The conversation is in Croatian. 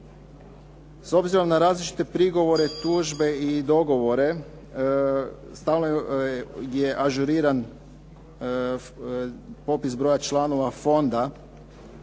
S obzirom na različite prigovore, tužbe i dogovore stalno je ažuriran popis broja članova fonda